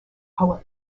poet